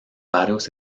varios